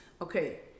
okay